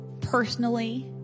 Personally